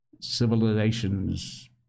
Civilization's